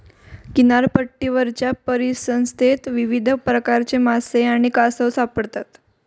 किनारपट्टीवरच्या परिसंस्थेत विविध प्रकारचे मासे आणि कासव सापडतात